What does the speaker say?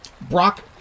Brock